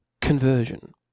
Conversion